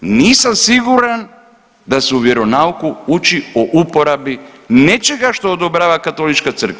Nisam siguran da se u vjeronauku uči o uporabi nečega što odobrava Katolička crkva.